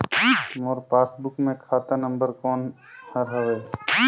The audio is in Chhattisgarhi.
मोर पासबुक मे खाता नम्बर कोन हर हवे?